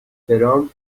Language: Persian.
ترامپ